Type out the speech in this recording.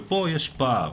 ופה יש פער.